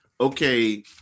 okay